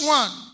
one